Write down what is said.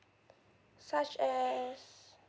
such as